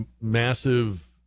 massive